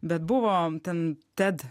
bet buvo ten ted